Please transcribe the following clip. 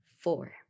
four